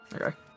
Okay